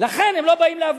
לכן הם לא באים להפגין.